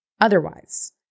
otherwise